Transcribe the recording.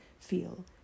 feel